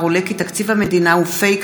עולה כי תקציב המדינה הוא "פייק תקציב"